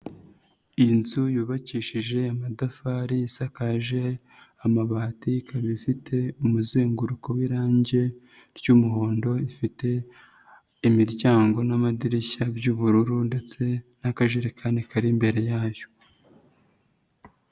Inzu yubakishije amatafari, isakaje amabati, ikaba ifite umuzenguruko w'irange ry'umuhondo, ifite imiryango n'amadirishya by'ubururu ndetse n'akajerekani kari imbere yayo.